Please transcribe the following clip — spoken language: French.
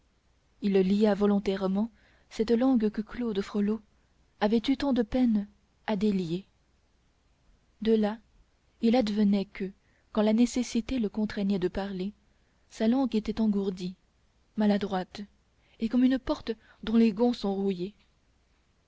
il lia volontairement cette langue que claude frollo avait eu tant de peine à délier de là il advenait que quand la nécessité le contraignait de parler sa langue était engourdie maladroite et comme une porte dont les gonds sont rouillés